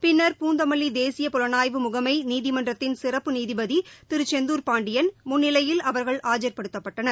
பின்னா் பூந்தமல்லிதேசிய புலனாய்வு முகமைநீதிமன்றத்தின் சிறப்பு நீதிபதிதிருசெந்தூர் பாண்டியன் முன்னிலையில் அவர்கள் ஆஜர்படுத்தப்பட்டனர்